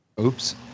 oops